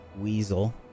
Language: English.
weasel